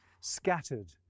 scattered